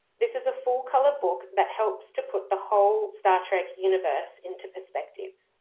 this is a full-color book that helps to put the whole star trek universe into perspective.